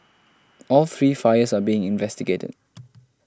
all three fires are being investigated